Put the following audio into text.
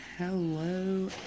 Hello